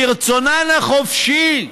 מרצונן החופשי,